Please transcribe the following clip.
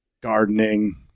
gardening